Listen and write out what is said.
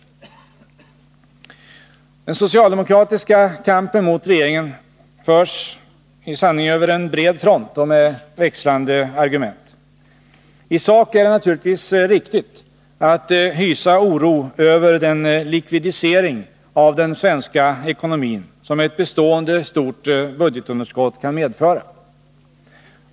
Den socialdemokratiska kampen mot regeringen förs i sanning över en bred front och med växlande argument. I sak är det naturligtvis riktigt att hysa oro över den ”likvidisering” av den svenska ekonomin som ett bestående stort budgetunderskott kan medföra.